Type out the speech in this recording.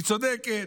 היא צודקת.